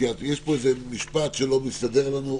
יש פה איזה משפט שלא מסתדר לנו,